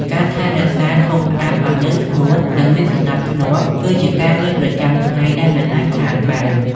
ការថែរក្សា ធុងផ្អាប់ឱ្យនៅស្ងួត និងមានសណ្តាប់ធ្នាប់គឺជាការងារប្រចាំថ្ងៃដែលមិនអាចខានបាន។